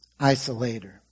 isolator